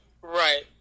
Right